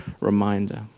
reminder